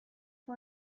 who